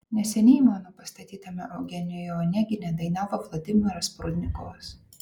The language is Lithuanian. neseniai mano pastatytame eugenijuje onegine dainavo vladimiras prudnikovas